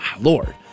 Lord